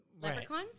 Leprechauns